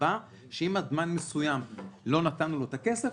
נקבע שאם עד זמן מסוים לא נתנו לו את הכסף,